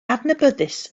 adnabyddus